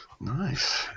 Nice